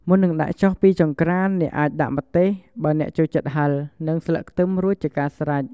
មុននឹងដាក់ចុះពីចង្ក្រាន អ្នកអាចដាក់ម្ទេស បើចូលចិត្តហឹរ និងស្លឹកខ្ទឹម រួចជាការស្រេច។